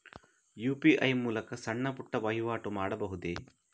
UPI ಮೂಲಕ ಸಣ್ಣ ಪುಟ್ಟ ವಹಿವಾಟು ಮಾಡಬಹುದೇ?